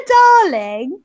darling